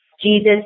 Jesus